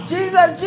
Jesus